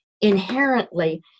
inherently